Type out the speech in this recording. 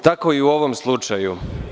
Tako je i u ovom slučaju.